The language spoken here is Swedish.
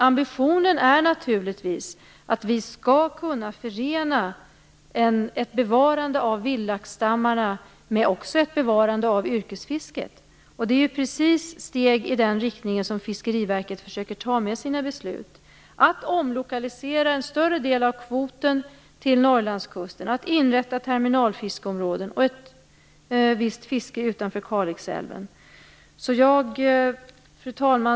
Ambitionen är naturligtvis att vi skall kunna förena ett bevarande av vildlaxstammarna med ett bevarande av yrkesfisket, och det är steg i den riktningen som Fiskeriverket försöker ta med sina beslut att omlokalisera en större del av kvoten till Norrlandskusten, att inrätta terminalfiskeområden och tillåta ett visst fiske utanför Kalixälven. Fru talman!